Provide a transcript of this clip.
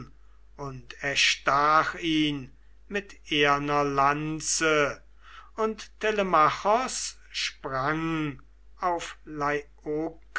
und erstach ihn mit eherner lanze und telemachos sprang auf